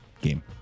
game